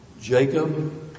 Jacob